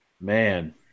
Man